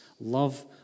Love